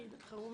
אדוני.